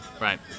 Right